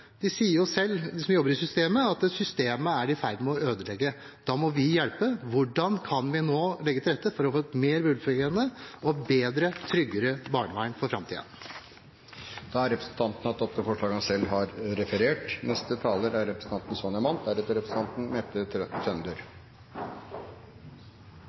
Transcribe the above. De som jobber i systemet, sier jo selv at systemet er i ferd med å ødelegge. Da må vi hjelpe. Hvordan kan vi nå legge til rette for å få et mer velfungerende, bedre og tryggere barnevern for framtiden? Representanten Morten Stordalen har tatt opp det forslaget han